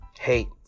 hate